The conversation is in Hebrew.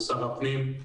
לשר הפנים,